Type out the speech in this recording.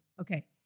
Okay